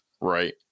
right